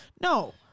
No